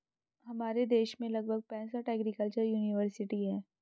हमारे देश में लगभग पैंसठ एग्रीकल्चर युनिवर्सिटी है